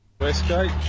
Westgate